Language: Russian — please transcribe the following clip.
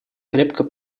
крепко